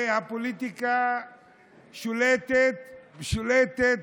והפוליטיקה שולטת